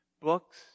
Books